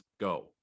go